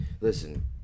Listen